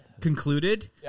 concluded